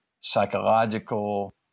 psychological